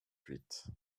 huit